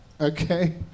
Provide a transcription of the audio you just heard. okay